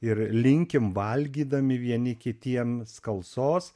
ir linkim valgydami vieni kitiem skalsos